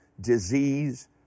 Disease